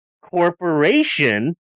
corporation